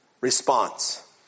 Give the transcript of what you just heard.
response